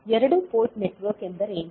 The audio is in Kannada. ಎರಡು ಪೋರ್ಟ್ ನೆಟ್ವರ್ಕ್ ಎಂದರೇನು